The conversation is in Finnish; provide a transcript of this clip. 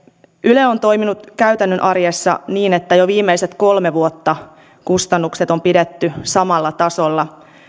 yle on toiminut käytännön arjessa niin että jo viimeiset kolme vuotta kustannukset on pidetty samalla tasolla